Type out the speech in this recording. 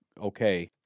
okay